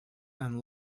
and